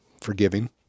forgiving